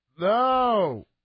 No